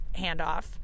handoff